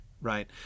right